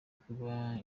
kuba